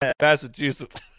Massachusetts